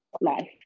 life